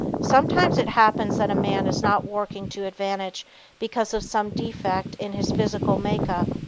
sometimes it happens that a man is not working to advantage because of some defect in his physical make-up.